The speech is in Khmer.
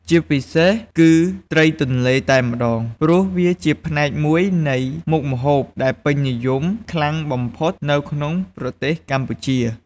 ជាពិសេសគឺត្រីទន្លេតែម្ដងព្រោះវាជាផ្នែកមួយនៃមុខម្ហូបដែលពេញនិយមខ្លាំងបំផុតនៅក្នុងប្រទេសកម្ពុជា។